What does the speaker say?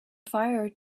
fire